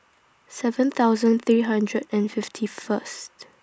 seven thousand three hundred and fifty First